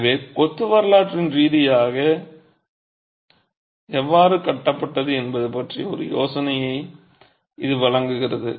எனவே கொத்து வரலாற்று ரீதியாக எவ்வாறு கட்டப்பட்டது என்பது பற்றிய ஒரு யோசனையை இது வழங்குகிறது